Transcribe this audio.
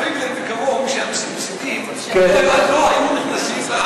פייגלין וכמוהו, המסיתים, הם לא היו נכנסים להר.